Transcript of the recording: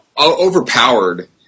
overpowered